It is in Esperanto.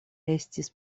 estis